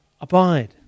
Abide